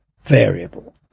variable